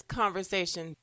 conversation